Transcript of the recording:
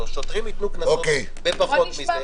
שוטרים ייתנו קנסות בפחות מזה.